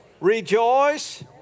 Rejoice